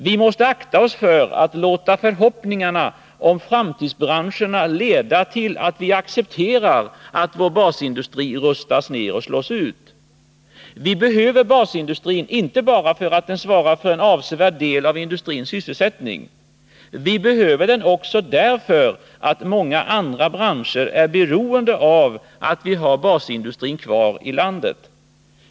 Vi måste akta oss för att låta förhoppningarna om framtidsbranscherna leda till att vi accepterar att vår basindustri rustas ner och slås ut. Vi behöver basindustrin, inte bara därför att den svarar för en avsevärd del av industrins sysselsättning. Vi behöver den också därför att många andra branscher är beroende av att vi har basindustrin kvar i landet.